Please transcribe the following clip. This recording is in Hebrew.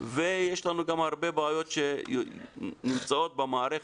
ויש לנו הרבה בעיות שנמצאות במערכת,